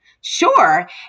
Sure